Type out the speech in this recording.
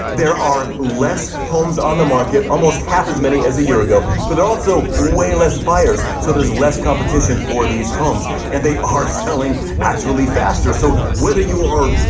there are less homes on the market, almost half as many as a year ago, but there are also way less buyers. so there's less competition for these homes and they are selling actually faster. so whether you are,